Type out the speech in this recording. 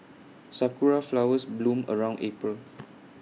Sakura Flowers bloom around April